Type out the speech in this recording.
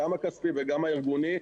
גם הכספי וגם הארגוני,